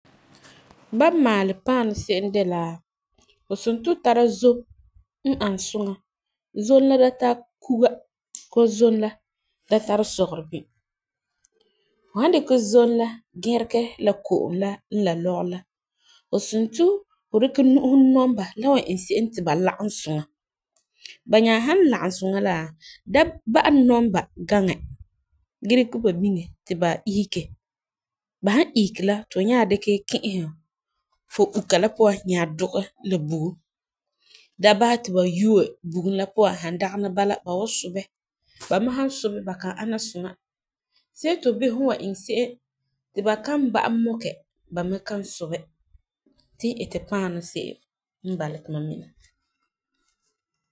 Ba maalɛ paanu se'em de la, fu som ti fu tara zom n ani suŋa. Zom la da tara kuga koo zom la da tara sɔgerɔ bin. Fu san dikɛ zom la gerigɛ la ko'om la n la lɔgerɔ la, fu som ti fu dikɛ nu'usi nɔm ba la wan iŋɛ se'em ti ba lagum suŋa. Ba nya san lagum suŋa la, da ba'a nɔm ba gaŋɛ gee dikɛ ba biŋɛ ti ba ti ba isege. Ba san isege la ti fu nya dikɛ kɛ'ɛse fu uka la puan nya dugɛ la bugum. Da basɛ ti ba yuu bugum la puan san dagena bala ba wan sobɛ. Ba mi san sobɛ ba kan ana suŋa. See ti fu bisɛ fu wa iŋɛ se'em ti ba ka ba'a mɔkɛ ba mi kan sobɛ tu iti paanɔ se'em n bala ti mam mina.